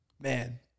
Man